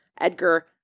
Edgar